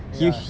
ya